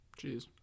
Jeez